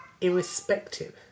irrespective